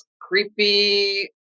creepy